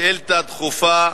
שאילתא דחופה,